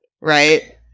right